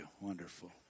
Wonderful